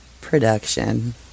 production